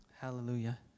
Hallelujah